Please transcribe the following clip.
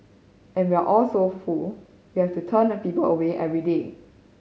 and we are so full we have to turn people away every day